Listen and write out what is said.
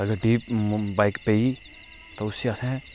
अगर बाइक ढेई बी पेई ते उसी आसे